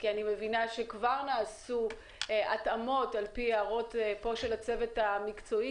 כי אני מבינה שכבר נעשו התאמות על פי הערות של הצוות המקצועי פה.